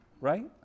Right